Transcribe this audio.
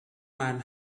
man